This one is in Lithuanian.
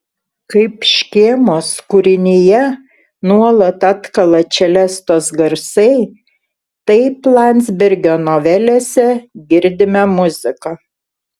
kaip škėmos kūrinyje nuolat atkala čelestos garsai taip landsbergio novelėse girdime muziką